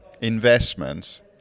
investments